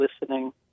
listening